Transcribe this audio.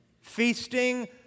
feasting